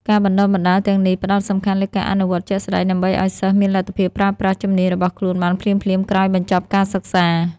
ការបណ្តុះបណ្តាលទាំងនេះផ្តោតសំខាន់លើការអនុវត្តជាក់ស្តែង ដើម្បីឱ្យសិស្សមានលទ្ធភាពប្រើប្រាស់ជំនាញរបស់ខ្លួនបានភ្លាមៗក្រោយបញ្ចប់ការសិក្សា។